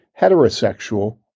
heterosexual